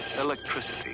electricity